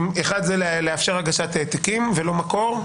זה לאפשר הגשת העתקים ולא מקור.